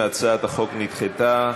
הצעת החוק נדחתה.